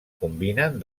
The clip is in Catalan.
combinen